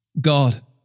God